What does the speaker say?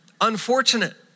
Unfortunate